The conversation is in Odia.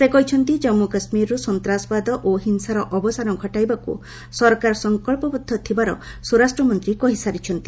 ସେ କହିଛନ୍ତି କାନ୍ପୁ କାଶ୍ମୀରରୁ ସନ୍ତାସବାଦ ଓ ହିଂସାର ଅବସାନ ଘଟାଇବାକୁ ସରକାର ସଂକଳ୍ପବଦ୍ଧ ଥିବାର ସ୍ୱରାଷ୍ଟ୍ର ମନ୍ତ୍ରୀ କହି ସାରିଛନ୍ତି